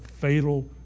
fatal